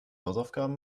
hausaufgaben